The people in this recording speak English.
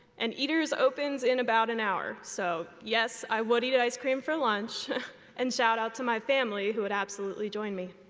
and eder's opens in about an hour. so yes, i would eat ice cream for lunch and shoutout to my family, who would absolutely join me.